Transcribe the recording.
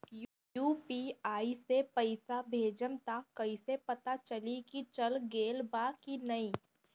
UPI से पइसा भेजम त कइसे पता चलि की चल गेल बा की न?